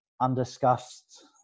undiscussed